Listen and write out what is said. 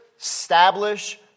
establish